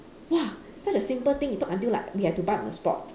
ya such a simple thing you talk until like we have to buy on the spot